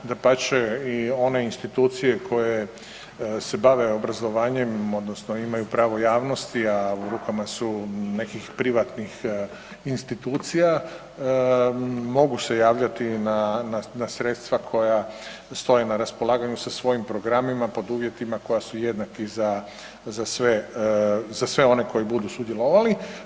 Dapače i one institucije koje se bave obrazovanjem odnosno imaju pravo javnosti, a u rukama su nekih privatnih institucija mogu se javljati na sredstva koja stoje na raspolaganju sa svojim programima pod uvjetima koja su jednaki za sve, za sve one koji budu sudjelovali.